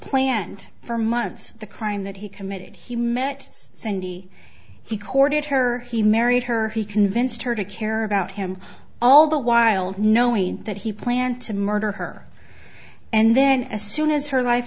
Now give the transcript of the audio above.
planned for months the crime that he committed he met cindy he courted her he married her he convinced her to care about him all the while knowing that he planned to murder her and then as soon as her life